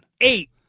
Eight